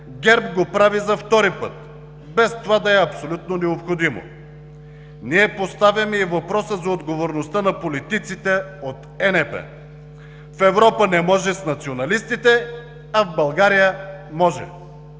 ГЕРБ го прави за втори път, без това да е абсолютно необходимо. Ние поставяме и въпроса за отговорността на политиците от ЕНП. В Европа не може с националистите, в България може?!